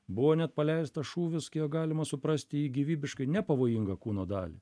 buvo net paleistas šūvis kiek galima suprasti į gyvybiškai nepavojingą kūno dalį